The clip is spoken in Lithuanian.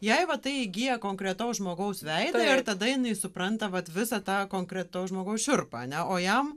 jai va tai įgyja konkretaus žmogaus veidą ir tada jinai supranta vat visą tą konkretaus žmogaus šiurpą ane o jam